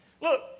Look